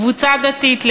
קבוצה דתית,